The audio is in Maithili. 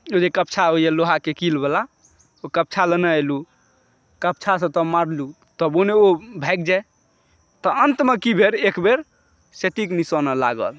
जे कप्छा होइ यऽ लोहाके कील वाला ओ कप्छा लेने एलहुॅं कप्छासँ तऽ मारलहुॅं तबो नहि ओ भागि जाय तऽ अन्तमे की भेल एकबेर सटीक निशाना लागल